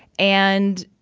and,